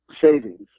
savings